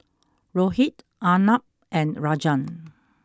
Rohit Arnab and Rajan